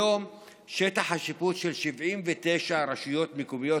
היום שטח השיפוט של 79 רשויות מקומיות